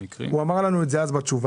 הוא אמר לנו את זה אז בתשובה.